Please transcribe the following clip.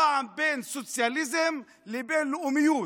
פעם בין סוציאליזם לבין לאומיות,